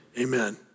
amen